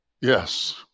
Yes